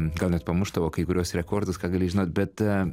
gal net pamuš tavo kai kuriuos rekordus ką gali žinot bet